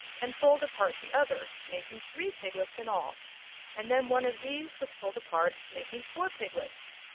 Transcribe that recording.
and pulled apart the other, making three piglets in all and then one of these was pulled apart, making four piglets.